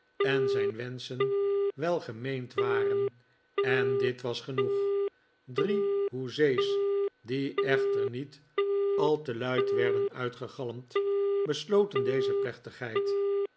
en zijn wenschen welgemeend waren en dit was genoeg drie hoezee's die echter niet al te luid werden uitgegalmd besloten deze plechtigheid